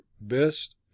best